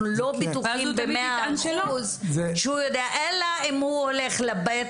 אנחנו לא בטוחים ב-100 אחוזים שהוא ידע אלא אם הוא הולך לבית